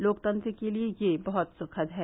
लोकतंत्र के लिये यह बहत सुखद है